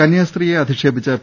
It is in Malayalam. കന്യാസ്ത്രീയെ അധിക്ഷേപിച്ച പി